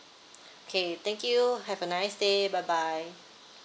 okay thank you have a nice day bye bye